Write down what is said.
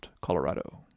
Colorado